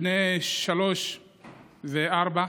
בני שלוש וארבע.